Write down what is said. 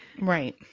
right